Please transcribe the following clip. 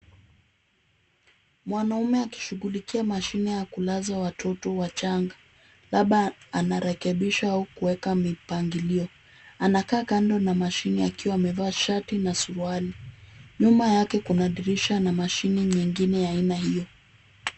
Mwanaume akishughulikia mashine ya kulazwa watoto wachanga, labda anarekebisha au kuweka mipangilio. Anakaa kando na mashine akiwa amevaa shati na suruali. Nyuma yake kuna dirisha na mashine nyingine ya aina hiyo.